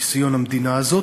ניסיון המדינה הזאת,